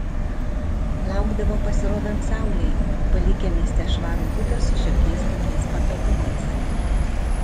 laukdavo pasirodant saulei palikę mieste švarų butą su šiokiais tokiais patogumais